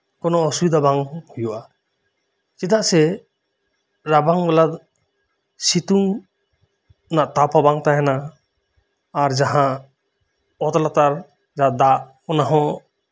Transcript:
ᱠᱚᱱᱚ ᱚᱥᱩᱵᱤᱫᱷᱟ ᱵᱟᱝ ᱦᱩᱭᱩᱜ ᱟ ᱪᱮᱫᱟᱜ ᱥᱮ ᱨᱟᱵᱟᱝ ᱵᱮᱞᱟᱫᱚ ᱥᱤᱛᱩᱝ ᱚᱱᱟ ᱛᱟᱯᱦᱚᱸ ᱵᱟᱝ ᱛᱟᱦᱮᱱᱟ ᱟᱨ ᱡᱟᱦᱟᱸ ᱚᱛ ᱞᱟᱛᱟᱨ ᱡᱟᱦᱟᱸ ᱫᱟᱜ ᱚᱱᱟᱦᱚᱸ